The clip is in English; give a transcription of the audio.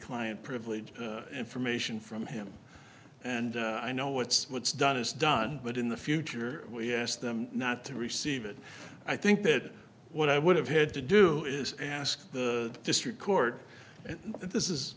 client privilege information from him and i know what's done is done but in the future we asked them not to receive it i think that what i would have had to do is ask the district court and this is